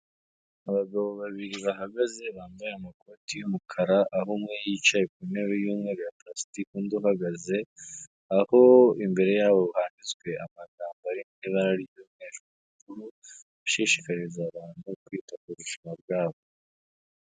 Abagabo babiri bahagaze bambaye amakoti y'umukara, aho umwe yicaye ku ntebe y'umweru ya parasitike undi uhagaze, aho imbere yabo handitswe amagambo mu ibara ry'umweru n'ubururu, ashishikariza abantu kwita ku buzima bwabo.